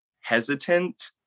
hesitant